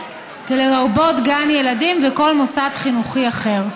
כ"לרבות גן ילדים וכל מוסד חינוכי אחר."